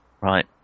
Right